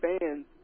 fans